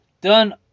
done